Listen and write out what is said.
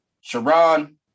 sharon